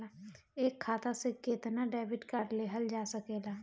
एक खाता से केतना डेबिट कार्ड लेहल जा सकेला?